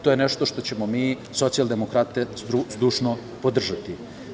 To je nešto što ćemo mi socijaldemokrate zdušno podržati.